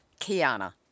Kiana